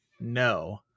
No